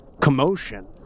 commotion